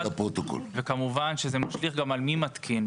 נפרד, וכמובן שזה משליך גם על מי מתקין.